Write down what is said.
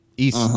East